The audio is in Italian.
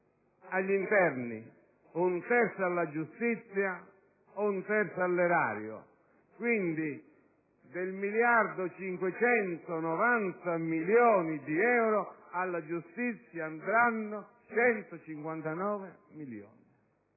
all'Interno, un terzo alla Giustizia e un terzo all'erario. Quindi, del miliardo e 590 milioni di euro, alla giustizia andranno 159 milioni,